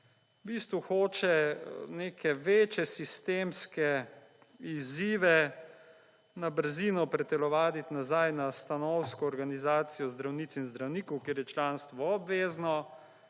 V bistvu hoče neke večje sistemske izzive na brzino pretelovaditi nazaj na stanovsko organizacijo zdravnic in zdravnikov, kjer je članstvo obvezno